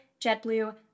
JetBlue